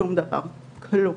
שום דבר, כלום.